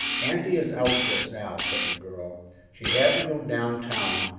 auntie is out just now, said the girl she had to go down town,